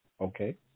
okay